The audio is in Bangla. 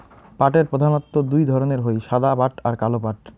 পাটের প্রধানত্ব দু ধরণের হই সাদা পাট আর কালো পাট